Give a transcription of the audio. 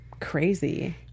crazy